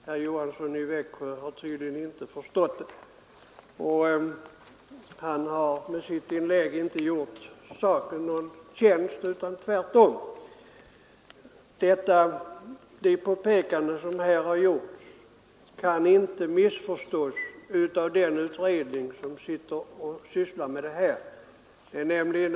Herr Johansson i Växjö har tydligen inte förstått det, och han har med sitt inlägg inte gjort saken någon tjänst utan tvärtom. De påpekanden som har gjorts i betänkandet kan heller inte missförstås av den utredning som sysslar med frågan.